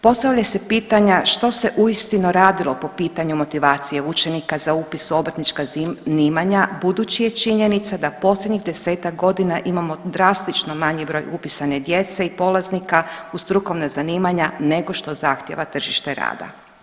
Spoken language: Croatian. Postavljaju se pitanja što se uistinu radilo po pitanju motivacije učenike za upis u obrtnička zanimanja budući je činjenica da posljednjih desetak godina imamo drastično manji broj upisane djece i polaznika u strukovna zanimanja nego što zahtijeva tržište rada.